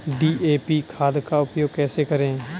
DAP खाद का उपयोग कैसे करें?